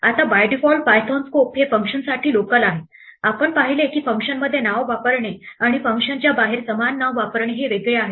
आता by default Python scope हे फंक्शनसाठी लोकल आहे आपण पाहिले की फंक्शनमध्ये नाव वापरणे आणि फंक्शनच्या बाहेर समान नाव वापरणे हे वेगळे आहे